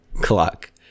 clock